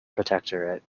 protectorate